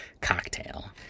cocktail